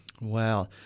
Wow